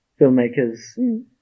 filmmakers